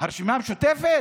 הרשימה המשותפת